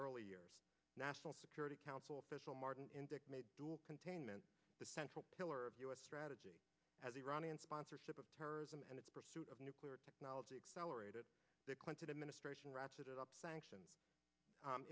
early years national security council official martin indyk made dual containment the central pillar of u s strategy as iranian sponsorship of terrorism and its pursuit of nuclear technology accelerated the clinton administration ratchet up sanction